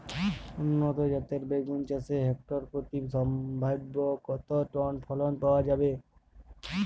উন্নত জাতের বেগুন চাষে হেক্টর প্রতি সম্ভাব্য কত টন ফলন পাওয়া যায়?